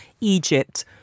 Egypt